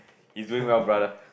he's doing well brother